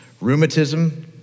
rheumatism